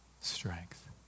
strength